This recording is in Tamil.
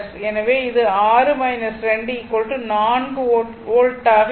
எனவே அது 6 2 4 வோல்ட் ஆக இருக்கும்